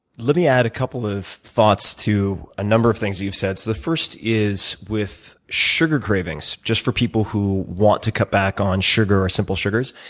let me add a couple of thoughts to a number of things you said. the first is with sugar cravings, just for people who want to cut back on sugar or simple sugars.